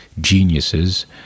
geniuses